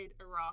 Iraq